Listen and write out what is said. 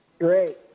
Great